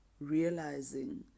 realizing